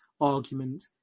argument